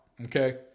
Okay